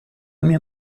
mia